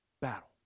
battle